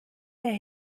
der